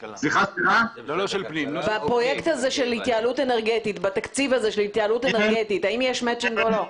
בתקציב הפרויקט של התייעלות אנרגטית האם יש מצ'ינג או לא?